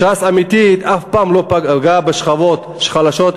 ש"ס אמיתית אף פעם לא פגעה בשכבות החלשות,